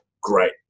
Great